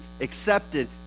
accepted